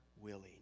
willing